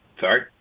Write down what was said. sorry